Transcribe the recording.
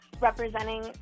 representing